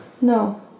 No